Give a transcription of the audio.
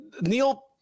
neil